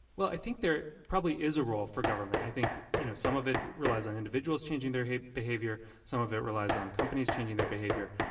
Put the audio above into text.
well i think there probably is a role for government. i think you know some of it relies on individuals changing their behavior, some of it relies on companies changing their behavior.